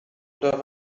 oder